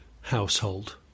household